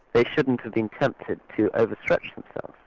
they shouldn't have been tempted to overstretch themselves.